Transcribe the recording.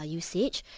usage